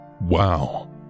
Wow